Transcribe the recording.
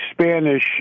Spanish